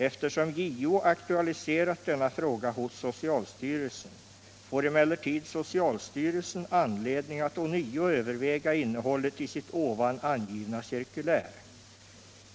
Eftersom JO aktualiserat denna fråga hos socialstyrelsen får emellertid socialstyrelsen anledning att ånyo överväga innehållet i sitt ovan angivna cirkulär.